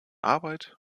arbeit